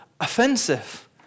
offensive